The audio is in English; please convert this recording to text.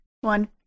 One